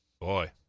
Boy